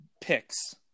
picks